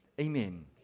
Amen